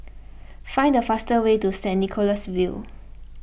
find the fastest way to Saint Nicholas View